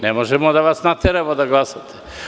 Ne možemo da vas nateramo da glasate.